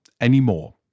anymore